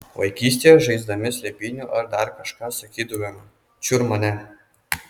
vaikystėje žaisdami slėpynių ar dar kažką sakydavom čiur mane